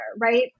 right